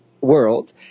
world